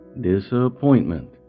disappointment